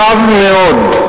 רב מאוד,